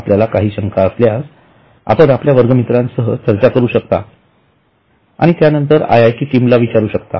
आपल्या काही शंका असल्यास आपण आपल्या वर्गमित्रांसह चर्चा करू शकता आणि त्यानंतर आयआयटी टीमला विचारू शकता